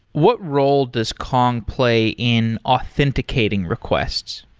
what role does kong play in authenticating requests?